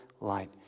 light